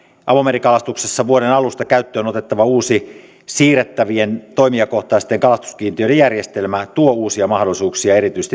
avomerikalastuksessa vuoden alusta käyttöön otettava uusi siirrettävien toimijakohtaisten kalastuskiintiöiden järjestelmä tuo uusia mahdollisuuksia erityisesti